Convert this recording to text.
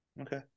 Okay